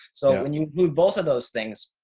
so when you move both of those things,